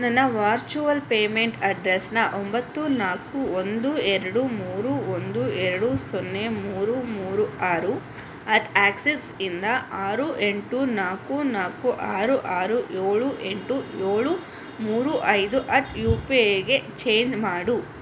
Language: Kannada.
ನನ್ನ ವಾರ್ಚುವಲ್ ಪೇಮೆಂಟ್ ಅಡ್ರೆಸನ್ನು ಒಂಬತ್ತು ನಾಲ್ಕು ಒಂದು ಎರಡು ಮೂರು ಒಂದು ಎರಡು ಸೊನ್ನೆ ಮೂರು ಮೂರು ಆರು ಅಟ್ ಆ್ಯಕ್ಸಿಸ್ ಇಂದ ಆರು ಎಂಟು ನಾಲ್ಕು ನಾಲ್ಕು ಆರು ಆರು ಏಳು ಎಂಟು ಏಳು ಮೂರು ಐದು ಅಟ್ ಯು ಪಿ ಐಗೆ ಚೇಂಜ್ ಮಾಡು